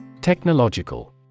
Technological